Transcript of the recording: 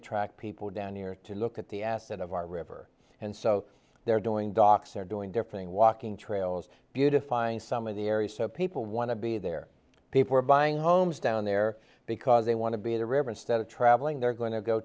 attract people down here to look at the asset of our river and so they're doing docs are doing their thing walking trails beautifying some of the areas so people want to be there people are buying homes down there because they want to be the river instead of traveling they're going to go